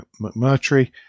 McMurtry